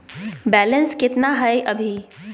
Balance केतना हय अभी?